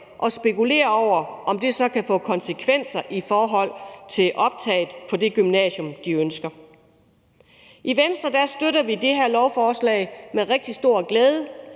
og spekulere over, om det så kan få konsekvenser i forhold til optaget på det gymnasium, de ønsker. I Venstre støtter vi det her lovforslag med rigtig stor glæde,